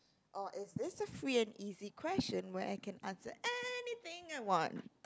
or is this a free and easy question where I can answer anything I want